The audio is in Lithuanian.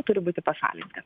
turi būti pašalinti